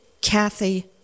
Kathy